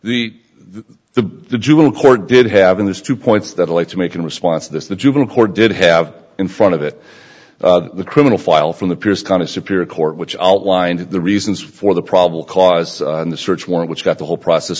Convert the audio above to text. the the juvenile court did having these two points that i like to make in response to this the juvenile court did have in front of it the criminal file from the pierce kind of superior court which outlined the reasons for the probably cause in the search warrant which got the whole process